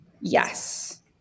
Yes